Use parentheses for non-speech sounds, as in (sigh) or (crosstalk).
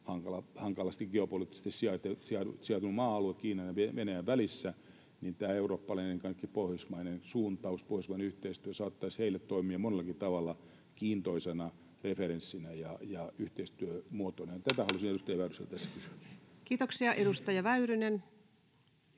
hankalasti geopoliittisesti sijaitsevalla maa-alueella Kiinan ja Venäjän välissä tämä eurooppalainen tai ainakin pohjoismainen suuntaus ja pohjoismainen yhteistyö saattaisi heille toimia monellakin tavalla kiintoisana referenssinä ja yhteistyömuotona. (noise) Tätä halusin edustaja Väyryseltä